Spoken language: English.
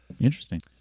Interesting